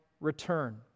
return